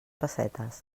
pessetes